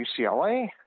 UCLA